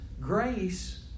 grace